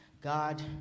God